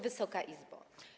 Wysoka Izbo!